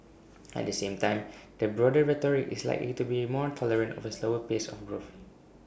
at the same time the broader rhetoric is likely to be more tolerant of A slower pace of growth